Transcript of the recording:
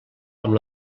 amb